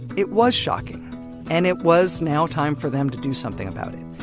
it was shocking and it was now time for them to do something about it.